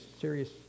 serious